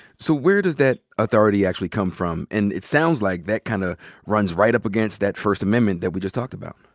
so where does that authority actually come from? and it sounds like that kinda kind of runs right up against that first amendment that we just talked about.